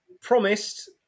promised